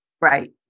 Right